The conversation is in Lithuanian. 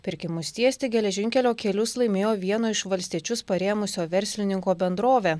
pirkimus tiesti geležinkelio kelius laimėjo vieno iš valstiečius parėmusio verslininko bendrovė